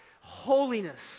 holiness